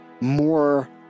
more